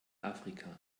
afrika